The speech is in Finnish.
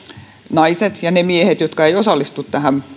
naiset ja ne miehet jotka eivät osallistu